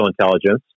intelligence